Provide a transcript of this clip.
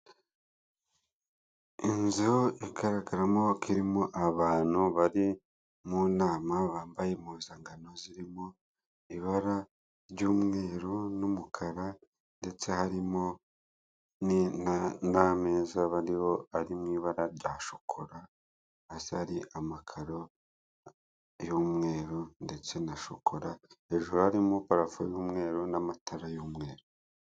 Inzu igaragaramo ko irimo abantu bari mu nama, bambaye impuzangano zirimo ibara ry'umweru n'umukara, ndetse harimo n'ameza bariho ari mu ibara rya shokora, hasi hari amakaro y'umweru ndetse na shokora, hejuru harimo parafo y'umweru n'amatara y'umweru.